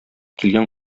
килгән